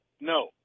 no